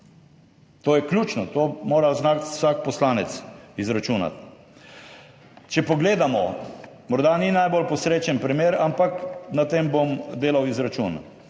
To je ključno. To mora znati izračunati vsak poslanec. Če pogledamo, morda ni najbolj posrečen primer, ampak na tem bom delal izračun.